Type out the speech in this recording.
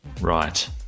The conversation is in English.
Right